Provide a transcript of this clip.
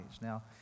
now